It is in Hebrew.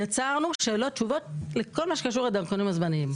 יצרנו שאלות ותשובות לכל מה שקשור לדרכונים הזמניים.